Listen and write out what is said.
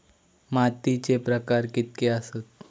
मातीचे प्रकार कितके आसत?